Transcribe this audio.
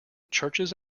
churches